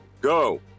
Go